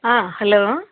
hello